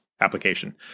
application